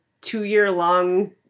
two-year-long